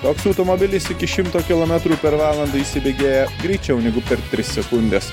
toks automobilis iki šimto kilometrų per valandą įsibėgėja greičiau negu per tris sekundes